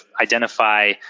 identify